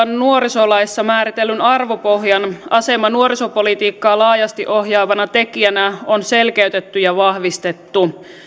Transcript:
nuorisolaissa määritellyn arvopohjan asema nuorisopolitiikkaa laajasti ohjaavana tekijänä on selkeytetty ja vahvistettu